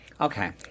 Okay